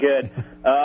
good